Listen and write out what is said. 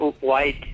white